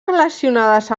relacionades